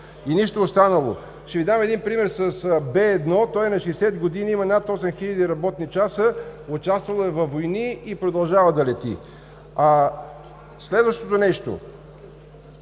И нищо останало. Ще Ви дам един пример с „B-1“. Той е на 60 години, има над 8000 работни часа, участвал е във войни и продължава да лети. Следващото нещо